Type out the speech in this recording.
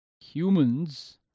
humans